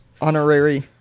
honorary